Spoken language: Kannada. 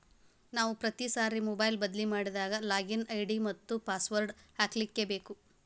ನಾವು ಪ್ರತಿ ಸಾರಿ ಮೊಬೈಲ್ ಬದ್ಲಿ ಮಾಡಿದಾಗ ಲಾಗಿನ್ ಐ.ಡಿ ಮತ್ತ ಪಾಸ್ವರ್ಡ್ ಹಾಕ್ಲಿಕ್ಕೇಬೇಕು